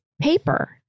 paper